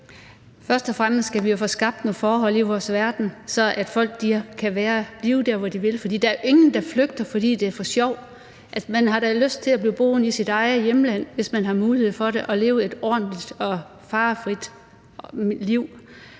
Først og fremmest skal vi jo få skabt nogle forhold i vores verden, så folk kan blive der, hvor de vil. For der er jo ingen, der flygter for sjov. Altså, man har da lyst til at blive boende i sit eget hjemland, hvis man har mulighed for det, og leve et ordentligt og farefrit liv.